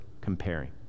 comparing